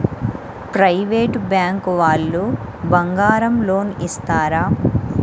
Private bank వాళ్ళు బంగారం loan ఇస్తారా?